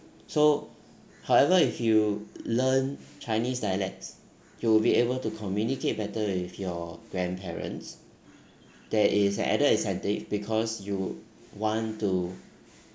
so however if you learn chinese dialects you will be able to communicate better with your grandparents there is an added incentive because you want to